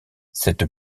cette